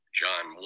john